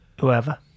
whoever